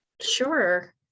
sure